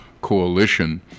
Coalition